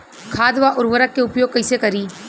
खाद व उर्वरक के उपयोग कईसे करी?